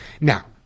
Now